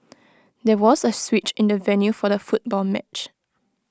there was A switch in the venue for the football match